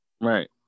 Right